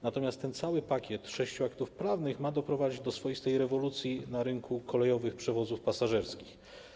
Natomiast ten cały pakiet sześciu aktów prawnych ma doprowadzić do swoistej rewolucji na rynku kolejowych przewozów pasażerskich.